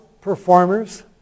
performers